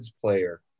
player